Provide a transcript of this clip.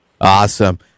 Awesome